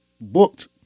booked